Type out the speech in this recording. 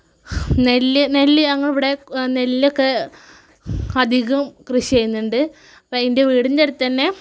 നെല്ല് നെല്ല് ഞങ്ങടിവിടെ നെല്ലൊക്കെ അധികം കൃഷി ചെയ്യുന്നുണ്ട് അപ്പം അതിൻ്റെ വീടിൻ്റടുത്തു തന്നെ